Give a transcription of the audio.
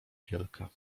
wielka